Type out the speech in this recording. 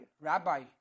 Rabbi